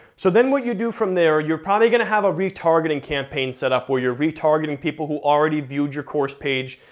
so then what you do from there, you're probably gonna have a retargeting campaign setup where you're retargeting people who already viewed your course page,